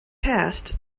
passed